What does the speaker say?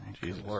Jesus